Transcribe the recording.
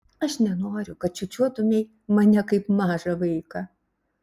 aš nenoriu kad čiūčiuotumei mane kaip mažą vaiką